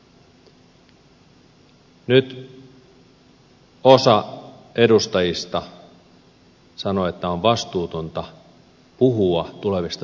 nyt osa edustajista sanoo että on vastuutonta puhua tulevista seurauksista